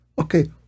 okay